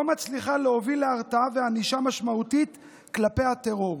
מצליחה להוביל להרתעה ולענישה משמעותית כלפי הטרור.